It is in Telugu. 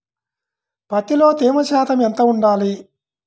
పత్తిలో తేమ శాతం ఎంత ఉండాలి?